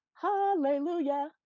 hallelujah